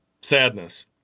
Sadness